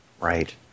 Right